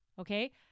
Okay